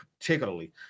particularly